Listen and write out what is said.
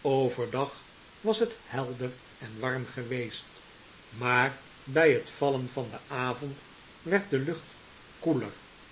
overdag was het helder en warm geweest maar bij het vallen van den avond werd de lucht koeler